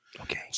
Okay